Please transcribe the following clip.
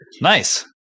Nice